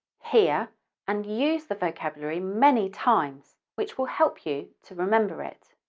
hear and use the vocabulary many times, which will help you to remember it.